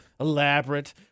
elaborate